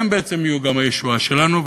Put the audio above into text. הם בעצם יהיו גם הישועה שלנו.